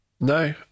No